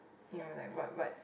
you were like what what